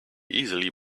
easily